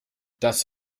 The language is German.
das